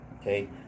Okay